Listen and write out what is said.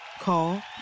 Call